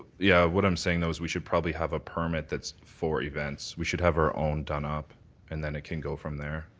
yeah what i'm saying though is we should probably have a permit that's for events. we should have our own done up and then it can go from there.